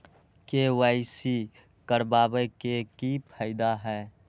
KYC करवाबे के कि फायदा है?